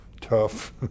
tough